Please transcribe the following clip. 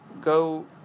go